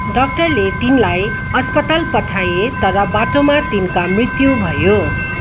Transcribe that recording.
डाक्टरले तिनलाई अस्पताल पठाए तर बाटोमा तिनका मृत्यु भयो